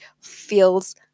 feels